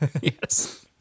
Yes